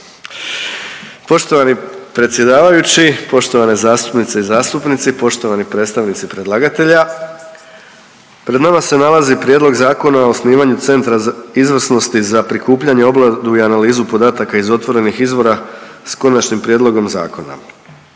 Poštovani predsjedavajući, poštovane zastupnice i zastupnici, poštovani predstavnici predlagatelja. Pred nama se nalazi Prijedlog zakona o osnivanju Centra izvrsnosti za prikupljanje, obradu i analizu podataka iz otvorenih izvora, s Konačnim prijedlogom Zakona.